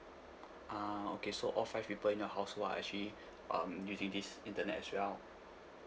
ah okay so all five people in your household are actually um using this internet as well